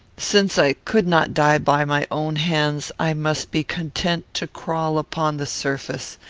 since i could not die by my own hands, i must be content to crawl upon the surface,